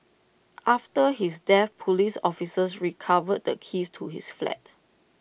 after his death Police officers recovered the keys to his flat